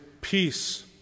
peace